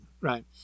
Right